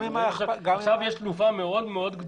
עכשיו יש תנופה גדולה מאוד.